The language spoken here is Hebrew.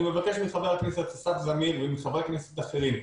אני מבקש מחבר הכנסת אסף זמיר ומחברי הכנסת האחרים,